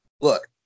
Look